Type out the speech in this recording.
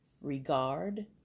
regard